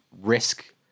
risk